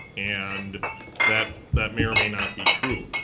and that that may or may not be true.